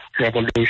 revolution